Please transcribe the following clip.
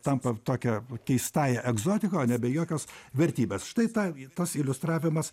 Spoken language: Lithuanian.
tampa tokia keistąja egzotika o nebe jokios vertybės štai ta tas iliustravimas